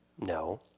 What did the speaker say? No